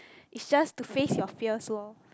is just to face your fears loh